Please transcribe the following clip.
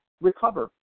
recover